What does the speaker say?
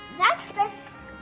that's the